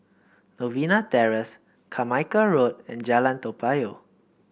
Novena Terrace Carmichael Road and Jalan Toa Payoh